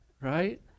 Right